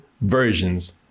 versions